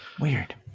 Weird